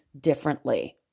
differently